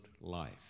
life